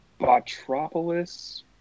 Botropolis